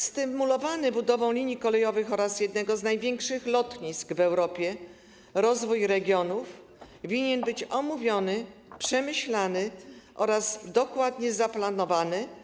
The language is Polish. Stymulowany budową linii kolejowych oraz jednego z największych lotnisk w Europie rozwój regionów winien być omówiony, przemyślany oraz dokładnie zaplanowany.